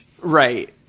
Right